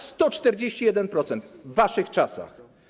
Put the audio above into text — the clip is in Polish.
141%, w waszych czasach.